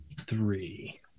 three